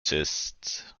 zest